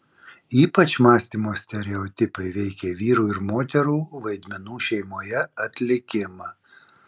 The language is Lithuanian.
ypač mąstymo stereotipai veikė vyrų ir moterų vaidmenų šeimoje atlikimą